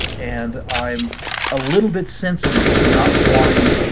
and i'm a little bit sensitive to not wanting